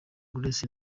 grace